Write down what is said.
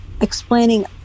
explaining